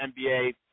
NBA